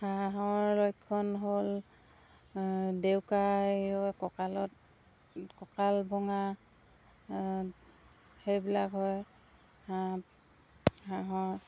হাঁহৰ লক্ষণ হ'ল দেউকা কঁকালত কঁকাল বঙা সেইবিলাক হয় হাঁহ হাঁহৰ